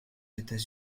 états